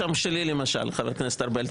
יש שם שלי, למשל, חבר הכנסת ארבל.